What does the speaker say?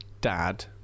dad